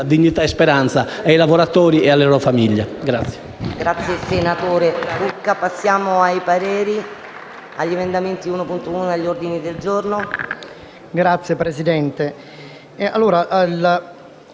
dignità e speranza ai lavoratori e alle loro famiglie.